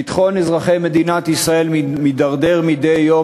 ביטחון אזרחי מדינת ישראל מידרדר מדי יום,